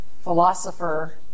philosopher